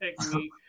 technique